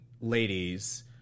ladies